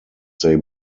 they